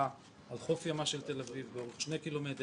ברצועה על חוף ימה של תל אביב באורך שני קילומטר.